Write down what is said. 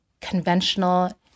conventional